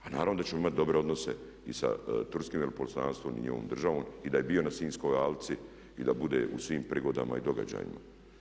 A naravno da ćemo imati dobre odnose i sa turskim veleposlanstvom i njihovom državom i da je bio na Sinjskoj alci i da bude u svim prigodama i događajima.